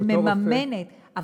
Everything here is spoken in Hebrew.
שמממנת.